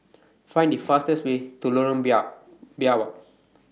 Find The fastest Way to Lorong Biawak